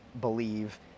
believe